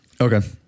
Okay